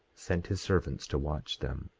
sent his servants to watch them.